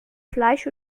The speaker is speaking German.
fleisch